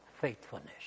faithfulness